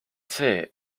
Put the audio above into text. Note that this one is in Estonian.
see